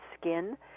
skin